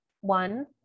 one